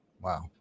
Wow